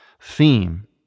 theme